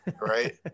Right